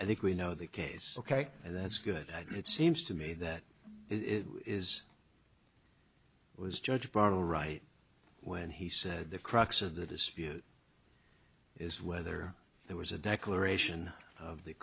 i think we know the case ok and that's a good idea it seems to me that it is was judge bartol right when he said the crux of the dispute is whether there was a declaration of the